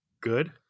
good